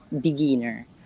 beginner